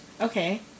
Okay